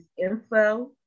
info